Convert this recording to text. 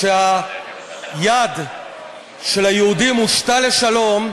כשהיד של היהודים הושטה לשלום,